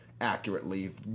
accurately